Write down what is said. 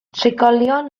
trigolion